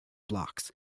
blocks